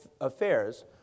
affairs